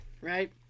right